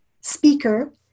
speaker